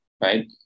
right